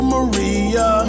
Maria